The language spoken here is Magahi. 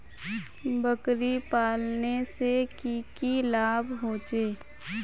बकरी पालने से की की लाभ होचे?